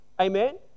Amen